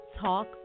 Talk